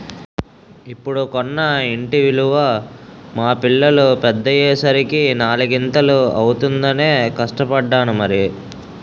ఇప్పుడు కొన్న ఇంటి విలువ మా పిల్లలు పెద్దయ్యే సరికి నాలిగింతలు అవుతుందనే కష్టపడ్డాను మరి